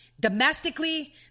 domestically